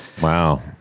Wow